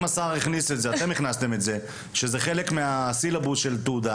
אם השר הכניס את זה אתם הכנסתם את זה שזה חלק מהסילבוס של תעודה